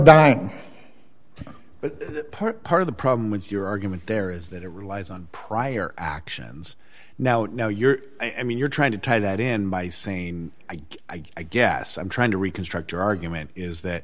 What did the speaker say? part part of the problem with your argument there is that it relies on prior actions now and now you're i mean you're trying to tie that in by sane i guess i'm trying to reconstruct your argument is that